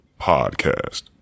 Podcast